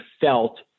felt